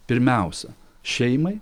pirmiausia šeimai